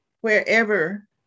wherever